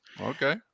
okay